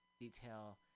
detail